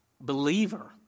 believer